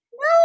No